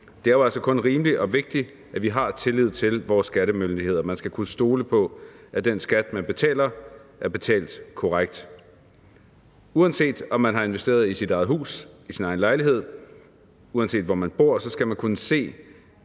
altså kun rimeligt og vigtigt, at vi har tillid til vores skattemyndigheder. Man skal kunne stole på, at den skat, man betaler, er betalt korrekt. Uanset om man har investeret i sit eget hus eller i sin lejlighed, og uanset hvor man bor, skal man kunne se